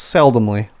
Seldomly